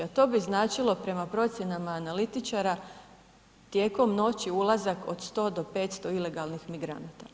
A to bi značilo prema procjenama analitičara tijekom noći ulazak od 100 do 500 ilegalnih migranata.